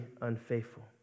unfaithful